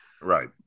Right